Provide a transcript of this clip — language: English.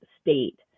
state